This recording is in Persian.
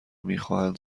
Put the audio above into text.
میخواهند